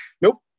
nope